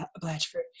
Blatchford